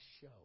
show